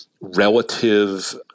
Relative